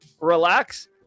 Relax